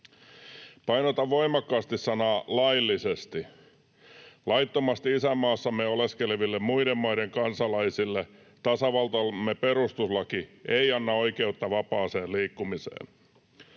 Painotan voimakkaasti sanaa ”laillisesti”. Laittomasti isänmaassamme oleskeleville muiden maiden kansalaisille tasavaltamme perustuslaki ei anna oikeutta vapaaseen liikkumiseen.